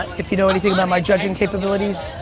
if you know anything about my judging capabilities,